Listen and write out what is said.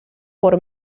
por